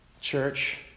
Church